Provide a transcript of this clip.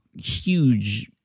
huge